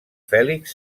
fèlix